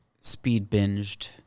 speed-binged